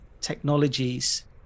technologies